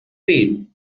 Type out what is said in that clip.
paid